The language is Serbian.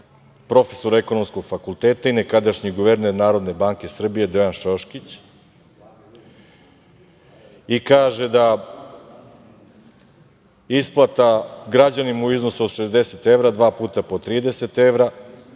profesor ekonomskog fakulteta i nekadašnji guverner NBS Dejan Šoškić. On kaže da isplata građanima u iznosu od 60 evra, dva puta po 30 evra,